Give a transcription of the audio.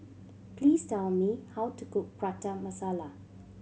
please tell me how to cook Prata Masala